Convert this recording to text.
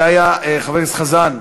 זה היה, חבר הכנסת חזן,